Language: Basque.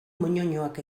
moñoñoak